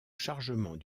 chargement